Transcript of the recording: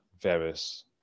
various